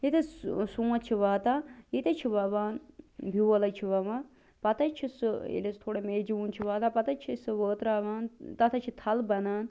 ییٚلہِ حظ سونٛتھ چھُ واتان ییٚتہِ حظ چھِ وۄوان بیٛول حظ چھِ وۄوان پتہٕ حظ چھِ سُہ ییٚلہِ حظ تھوڑا مے جوٗن چھُ واتان پتہٕ حظ چھِ أسۍ سُہ وٲتراوان تتھ حظ چھِ تھل بنان